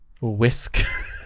Whisk